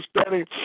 standing